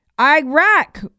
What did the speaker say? Iraq